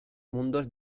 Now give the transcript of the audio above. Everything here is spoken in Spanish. mundos